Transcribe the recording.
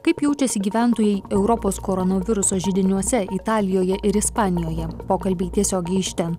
kaip jaučiasi gyventojai europos koronaviruso židiniuose italijoje ir ispanijoje pokalbiai tiesiogiai iš ten